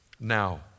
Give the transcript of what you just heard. Now